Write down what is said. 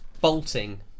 bolting